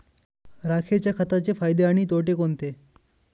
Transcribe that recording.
राखेच्या खताचे फायदे आणि तोटे कोणते?